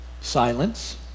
Silence